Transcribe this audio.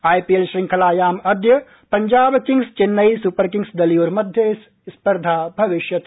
IPL श्रृंखलायाम् अद्य Punjab Kings Chennai Super Kings दलयोर्मध्ये स्पर्धा भविष्यति